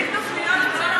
להציג תוכניות ולא להביא,